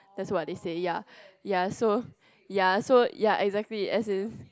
that's why they say ya ya so ya so ya exactly as in